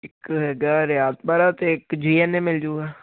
ਇੱਕ ਹੈਗਾ ਰਿਆਤ ਬਹਾਰਾ ਅਤੇ ਇੱਕ ਜੀ ਐੱਨ ਏ ਮਿਲਜੂਗਾ